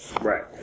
Right